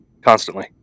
Constantly